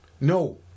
No